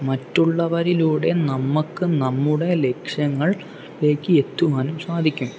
മറ്റുള്ളവരിലൂടെ നമുക്ക് നമ്മുടെ ലക്ഷ്യങ്ങളിലേക്ക് എത്തുവാനും സാധിക്കും